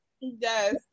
Yes